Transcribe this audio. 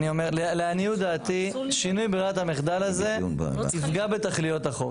לעניות דעתי שינוי בברירת המחדל הזה תפגע בתכליות החוק.